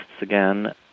again